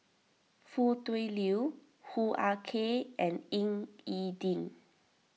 Foo Tui Liew Hoo Ah Kay and Ying E Ding